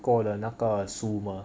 过的那个书吗